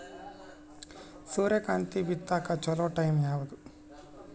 ಸೂರ್ಯಕಾಂತಿ ಬಿತ್ತಕ ಚೋಲೊ ಟೈಂ ಯಾವುದು?